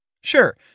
Sure